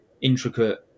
intricate